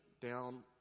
down